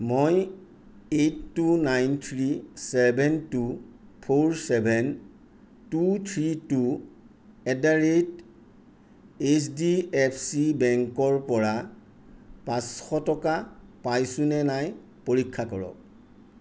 মই eight two nine three seven two four seven two three two at the rate H D F C বেংকৰ পৰা পাঁচশ টকা পাইছোনে নাই পৰীক্ষা কৰক